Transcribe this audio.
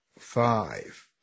Five